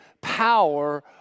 power